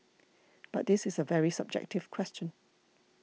but this is a very subjective question